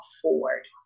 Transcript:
afford